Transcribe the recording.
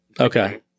Okay